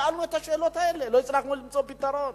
שאלנו את השאלות האלה ולא הצלחנו למצוא פתרון.